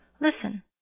Listen